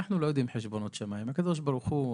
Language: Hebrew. אנחנו לא יודעים חשבונות שמיים, הקדוש ברוך הוא